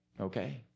okay